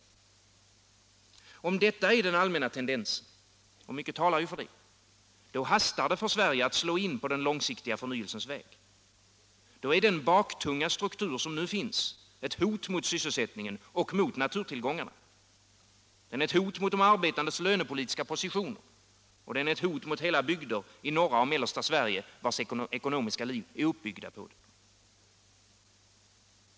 Om detta är den allmänna tendensen — och mycket talar för det — då hastar det för Sverige att slå in på den långsiktiga förnyelsens väg. Då är den baktunga struktur som nu finns ett hot mot sysselsättningen och mot naturtillgångarna. Den är ett hot mot de arbetandes lönepolitiska positioner. Och den är ett hot mot hela bygder i norra och mellersta Sverige vilkas ekonomiska liv är uppbyggda på den.